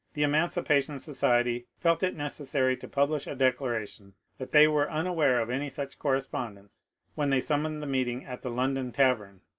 the emancipation society felt it necessary to publish a declaration that they were un aware of any such correspondence when they summoned the meeting at the london tavern.